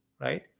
right